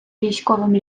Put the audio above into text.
військовим